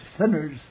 sinners